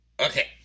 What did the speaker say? Okay